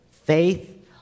Faith